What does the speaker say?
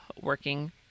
working